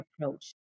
approach